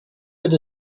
had